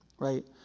right